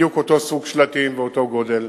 בדיוק אותו סוג שלטים ואותו גודל.